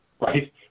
Right